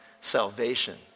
salvation